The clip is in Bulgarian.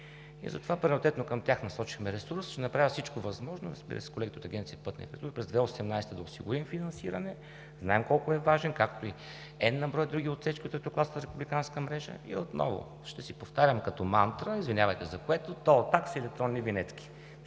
И затова приоритетно към тях насочихме ресурс. Ще направя всичко възможно, разбира се, и с колегите от Агенция „Пътна инфраструктура“, през 2018 г. да осигурим финансиране. Знаем колко е важен, както и N на брой други отсечки от третокласната републиканска мрежа. И отново ще си повтарям като мантра, извинявайте за което, тол такса или електронни винетки.